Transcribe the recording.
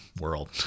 world